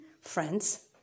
friends